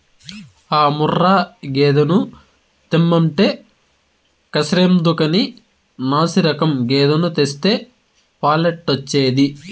ఆ ముర్రా గేదెను తెమ్మంటే కర్సెందుకని నాశిరకం గేదెను తెస్తే పాలెట్టొచ్చేది